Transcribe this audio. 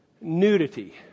Nudity